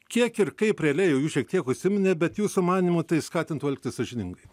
kiek ir kaip realiai jau jūs šiek tiek užsiminėt bet jūsų manymu tai skatintų elgtis sąžiningai